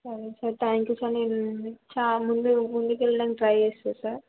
సరే sir thank you sir నేను చాలా ముందు ముందుకు వెళ్ళడానికి ట్రై చేస్తాను సార్